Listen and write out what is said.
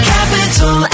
Capital